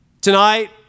Tonight